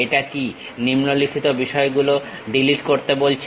এটা কি নিম্নলিখিত বিষয়গুলো ডিলিট করতে বলছে